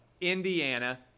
Indiana